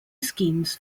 schemes